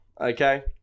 okay